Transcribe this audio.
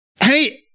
Hey